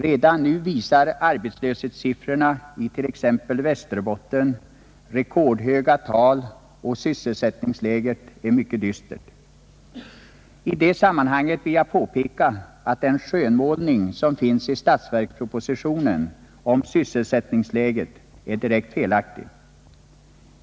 Redan nu visar arbetslöshetssiffrorna i t.ex. Västerbotten rekordhöga tal, och sysselsättningsläget är mycket dystert. I detta sammanhang vill jag påpeka att den skönmålning som finns i statsverkspropositionen om sysselsättningsläget är direkt felaktig.